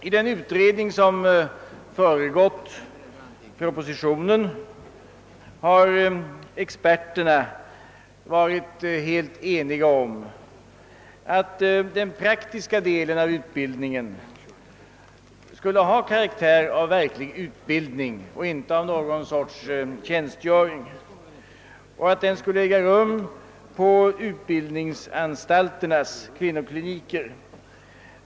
I den utredning som föregått propositionen har experterna varit helt eniga om att den praktiska delen av utbildningen skall ha karaktären av verklig utbildning och inte av något slags tjänstgöring och att den skall äga rum på utbildningsanstalternas kvinnokliniker.